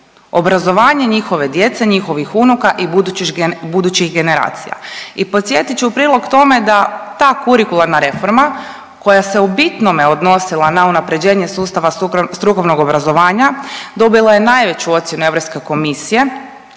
obrazovanje njihove djece, njihovih unuka i budućih generacija. I podsjetit ću u prilog tome da ta kurikularna reforma koja se u bitnome odnosila na unaprjeđenje sustava strukovnog obrazovanja dobila je najveću ocjenu Europske komisije